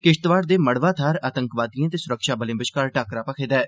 किश्तवाड़ दे मड़वाह थाहर आतंकवादिएं ते सुरक्षाबलें बश्कार टाक्करा मखे दा ऐ